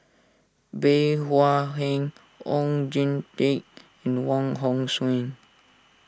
Bey Hua Heng Oon Jin Teik and Wong Hong Suen